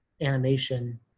animation